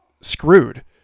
screwed